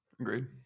agreed